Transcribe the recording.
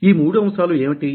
ఈ మూడు అంశాలు ఏమిటి